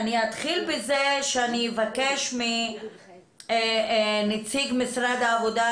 אתחיל בזה שאבקש מנציג משרד העבודה,